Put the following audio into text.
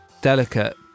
delicate